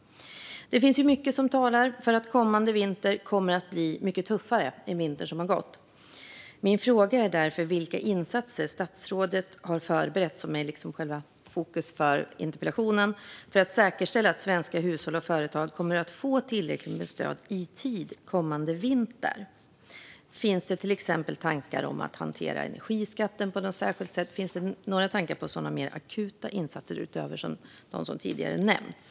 Det finns mycket som talar för att den kommande vintern kommer att bli mycket tuffare än vintern som gått. Min fråga är därför vilka insatser statsrådet har förberett - det är själva fokus för interpellationen - för att säkerställa att svenska hushåll och företag kommer att få tillräckligt med stöd, i tid, kommande vinter. Finns det till exempel tankar om att hantera energiskatten på något särskilt sätt? Finns det några tankar på sådana mer akuta insatser utöver dem som tidigare nämnts?